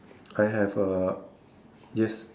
I have a yes